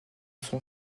son